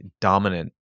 dominant